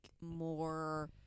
more